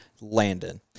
Landon